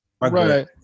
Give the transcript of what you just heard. right